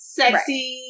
sexy